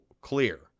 clear